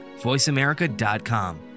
voiceamerica.com